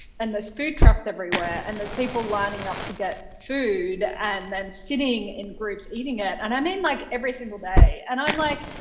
and there's food trucks everywhere. and there's people lining up to get food and then sitting in groups, eating it. and i mean like every every single day. and i'm like,